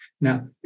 Now